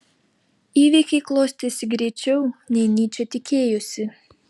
įvykiai klostėsi greičiau nei nyčė tikėjosi